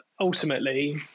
ultimately